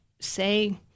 say –